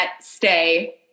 stay